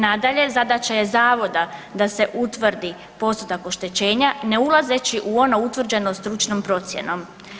Nadalje zadaća je Zavoda da se utvrdi postotak oštećenja ne ulazeći u ono utvrđeno stručnom procjenom.